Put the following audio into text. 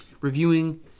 reviewing